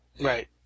Right